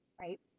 right